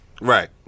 Right